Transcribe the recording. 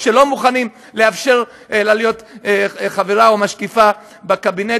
שלא מוכנים לאפשר לה להיות חברה או משקיפה בקבינט.